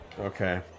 Okay